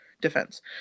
defense